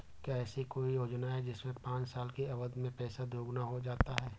क्या ऐसी कोई योजना है जिसमें पाँच साल की अवधि में पैसा दोगुना हो जाता है?